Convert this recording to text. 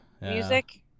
music